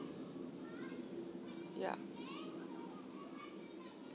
ya